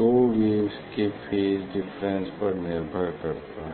दो वेव्स के phase difference पर निर्भर करता है